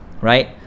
right